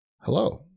Hello